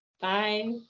Bye